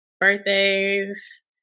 Birthdays